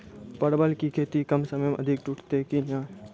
परवल की खेती कम समय मे अधिक टूटते की ने?